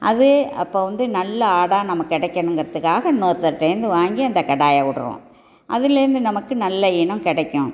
அதே அப்போது வந்து நல்ல ஆட நமக்கு கிடைக்கும் என்கிறதுக்காக இன்னொருத்தவர்டேந்து வாங்கி அந்த கெடாய விடுறோம் அதுலேந்து நமக்கு நல்ல இனம் கிடைக்கும்